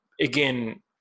again